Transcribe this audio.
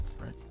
right